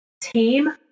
team